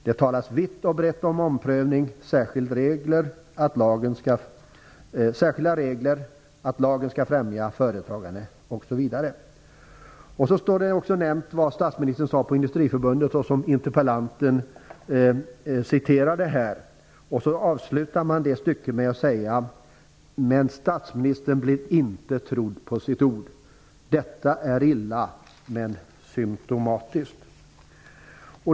Det talas vitt och brett om omprövning, särskilda regler, att lagen ska främja företagande o s v." Det nämns också vad statsministern sade hos Industriförbundet, vilket interpellanten citerade här. Man avslutar stycket med att säga att statsministern blev "inte trodd på sitt ord. Det är illa, men symptomatiskt."